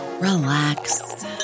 relax